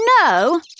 No